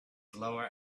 lower